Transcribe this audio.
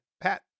pat